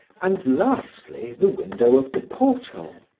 and, lastly, the window of the porthole.